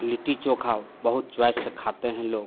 लिट्टी चोखा बहुत चॉइस से खाते हैं लोग